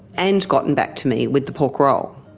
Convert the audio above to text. and gotten back to me with the pork roll.